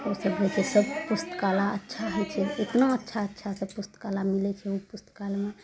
उसब जैसे सबकिछु काला अच्छा होइ छै कितना अच्छा अच्छा सबकिछु काला मिलय छै पुस्तकालयमे